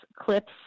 clips